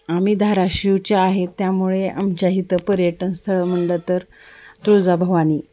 आम्ही धाराशिवच्या आहे त्यामुळे आमच्या इथं पर्यटनस्थळं म्हटलं तर तुळजा भवानी